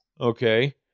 Okay